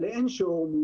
וזה נושא הבדיקות